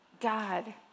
God